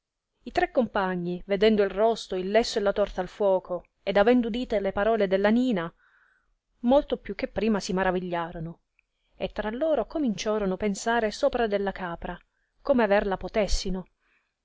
i tre compagni vedendo il rosto il lesso e la torta al fuoco ed avendo udite le parole della nina molto più che prima si maravigiiorono e tra loro cominciorono pensare sopra della capra come aver la potessino